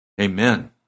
Amen